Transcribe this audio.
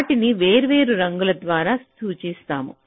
వాటిని వేర్వేరు రంగు ద్వారా సూచిస్తాము